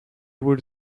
would